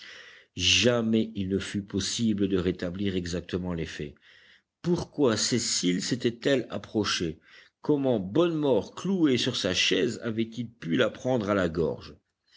jamais il ne fut possible de rétablir exactement les faits pourquoi cécile s'était-elle approchée comment bonnemort cloué sur sa chaise avait-il pu la prendre à la gorge